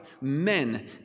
men